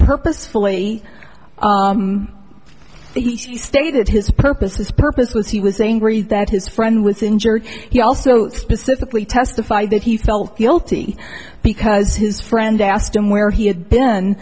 purposefully stated his purpose his purpose was he was angry that his friend was injured he also specifically testified that he felt guilty because his friend asked him where he had been